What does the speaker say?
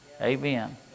Amen